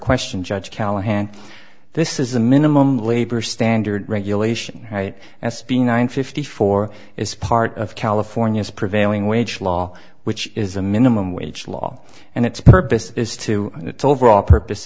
question judge callahan this is the minimum labor standard regulation right as being nine fifty four is part of california's prevailing wage law which is a minimum wage law and its purpose is to it's over all purpose